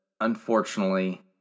unfortunately